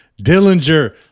Dillinger